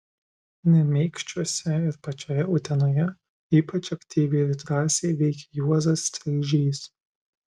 nemeikščiuose ir pačioje utenoje ypač aktyviai ir drąsiai veikė juozas streižys